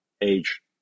age